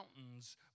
mountains